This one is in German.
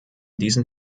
diesen